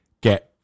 get